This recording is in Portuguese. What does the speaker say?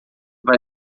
vai